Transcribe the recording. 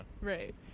right